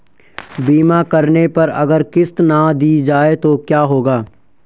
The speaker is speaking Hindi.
बीमा करने पर अगर किश्त ना दी जाये तो क्या होगा?